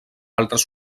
altres